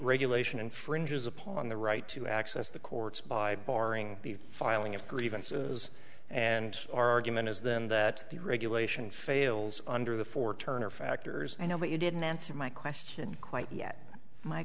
regulation infringes upon the right to access the courts by barring the filing of grievances and our argument is then that the regulation fails under the four turner factors i know but you didn't answer my question quite yet my